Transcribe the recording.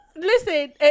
Listen